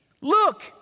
Look